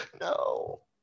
No